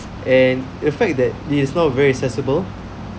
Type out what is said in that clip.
and the fact that it is not very accessible